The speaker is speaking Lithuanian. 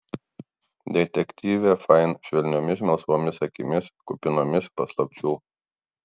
detektyvė fain švelniomis melsvomis akimis kupinomis paslapčių